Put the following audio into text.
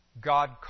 God